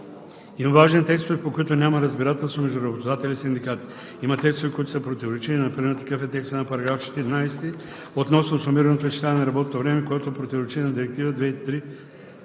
Има важни текстове, по които няма разбирателство между работодатели и синдикати. Има текстове, които са противоречиви. Например такъв е текстът на § 14 относно сумираното изчисляване на работното време, който противоречи на Директива